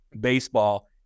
baseball